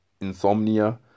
insomnia